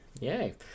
Yay